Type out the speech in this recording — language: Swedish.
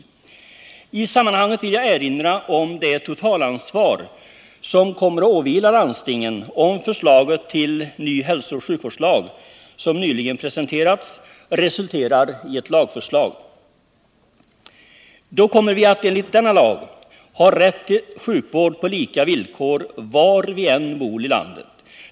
I sammanhanget vill jag erinra om det totalansvar som kommer att åvila landstingen om förslaget till ny hälsooch sjukvårdslag, som nyligen presenterats, resulterar i ett lagförslag. Då kommer vi att enligt denna lag ha rätt till sjukvård på lika villkor var vi än bor i landet.